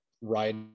ride